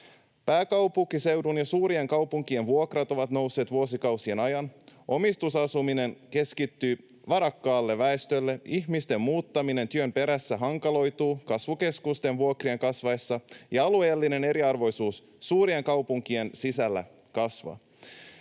Pääkaupunkiseudun ja suurien kaupunkien vuokrat ovat nousseet vuosikausien ajan, omistusasuminen keskittyy varakkaalle väestölle, ihmisten muuttaminen työn perässä hankaloituu kasvukeskusten vuokrien kasvaessa, ja alueellinen eriarvoisuus suurien kaupunkien sisällä kasvaa.